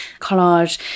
Collage